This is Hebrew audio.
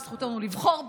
וזכותנו לבחור בו.